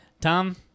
Tom